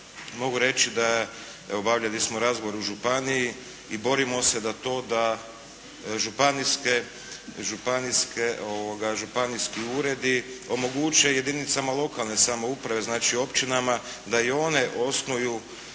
mogu reći da obavljali smo razgovor u županiji i borimo se da to da županijski uredi omoguće jedinicama lokalne samouprave, znači općinama da i one osnuju